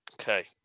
Okay